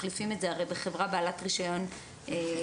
מחליפים את זה בחברה בעלת רישיון יציבותי.